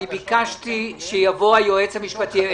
ביקשנו שיבוא היועץ המשפטי.